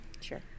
Sure